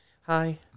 hi